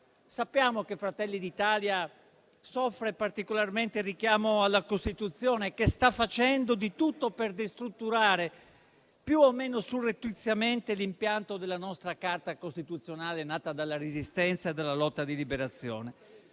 Sappiamo che Fratelli d'Italia soffre particolarmente il richiamo alla Costituzione e che sta facendo di tutto per destrutturare più o meno surrettiziamente l'impianto della nostra Carta costituzionale, nata dalla Resistenza e dalla lotta di liberazione.